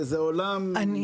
זה עולם שחבל על הזמן.